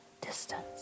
distance